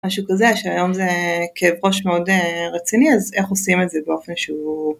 משהו כזה שהיום זה כאב ראש מאוד רציני אז איך עושים את זה באופן שהוא